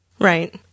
right